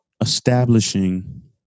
establishing